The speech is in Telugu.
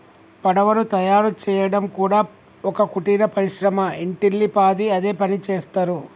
పడవలు తయారు చేయడం కూడా ఒక కుటీర పరిశ్రమ ఇంటిల్లి పాది అదే పనిచేస్తరు